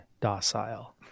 docile